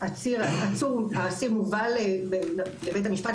בהתחלה את העצור או האסיר שמובא לבית המשפט,